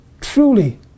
truly